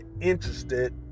interested